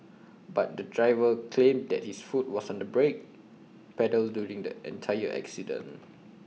but the driver claimed that his foot was on the brake pedal during the entire accident